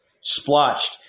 splotched